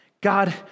God